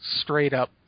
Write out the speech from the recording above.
straight-up